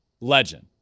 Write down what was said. legend